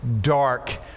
dark